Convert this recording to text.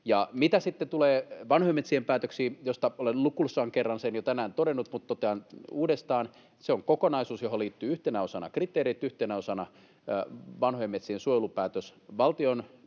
Mitä sitten tulee vanhojen metsien päätöksiin, joista olen lukuisan kerran jo tänään todennut mutta totean nyt uudestaan, niin se on kokonaisuus, johon liittyy yhtenä osana kriteerit, yhtenä osana vanhojen metsien suojelupäätös valtion toimin